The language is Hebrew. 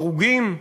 הרוגים.